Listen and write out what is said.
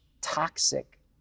toxic